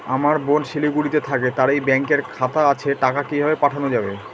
আমার বোন শিলিগুড়িতে থাকে তার এই ব্যঙকের খাতা আছে টাকা কি ভাবে পাঠানো যাবে?